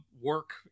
work